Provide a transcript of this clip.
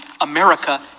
America